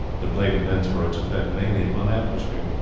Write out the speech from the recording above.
the play depends for its effect mainly upon atmosphere.